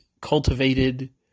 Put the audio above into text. cultivated